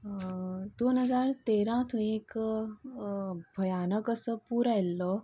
दोन हजार तेरांत थंय एक भयानक असो पूर आयल्लो